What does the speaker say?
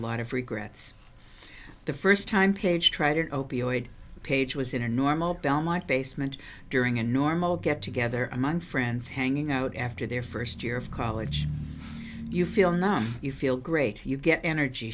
lot of regrets the first time paige try to opioid page was in a normal belmont basement during a normal get together among friends hanging out after their first year of college you feel numb you feel great you get energy